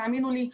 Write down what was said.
האמינו לי,